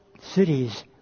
cities